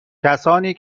کسانی